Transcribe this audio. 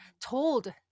told